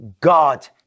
God